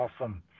Awesome